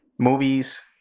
Movies